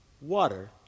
water